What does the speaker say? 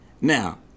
Now